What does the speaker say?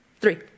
Three